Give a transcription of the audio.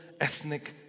ethnic